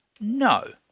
No